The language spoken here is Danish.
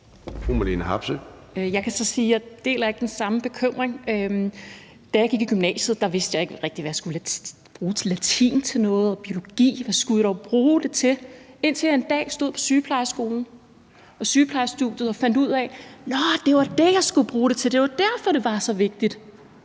Jeg deler ikke den samme bekymring. Da jeg gik i gymnasiet, vidste jeg ikke rigtig, hvad jeg skulle bruge latin til, og så var der biologi – hvad skulle jeg dog bruge det til? Det var, indtil jeg en dag stod på sygeplejeskolen og sygeplejestudiet og fandt ud af: Nåh, det var det, jeg skulle bruge det til; det var derfor, det var så vigtigt.